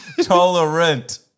Tolerant